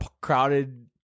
crowded